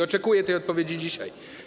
Oczekuję tej odpowiedzi dzisiaj.